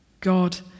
God